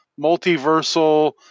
multiversal